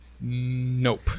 Nope